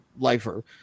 lifer